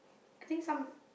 I think some